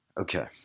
Okay